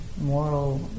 moral